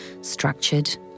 structured